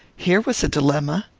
here was a dilemma!